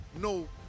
no